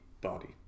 body